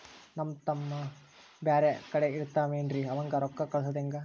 ನಮ್ ತಮ್ಮ ಬ್ಯಾರೆ ಕಡೆ ಇರತಾವೇನ್ರಿ ಅವಂಗ ರೋಕ್ಕ ಕಳಸದ ಹೆಂಗ?